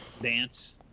Dance